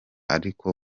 ariko